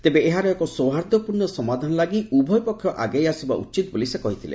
ତେବେ ଏହାର ଏକ ସୌହାର୍ଦ୍ଧ୍ୟପୂର୍ଣ୍ଣ ସମାଧାନ ଲାଗି ଉଭୟ ପକ୍ଷ ଆଗେଇ ଆସିବା ଉଚିତ ବୋଲି ସେ କହିଥିଲେ